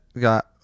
got